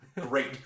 great